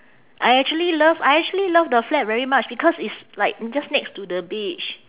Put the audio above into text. I actually love I actually love the flat very much because it's like just next to the beach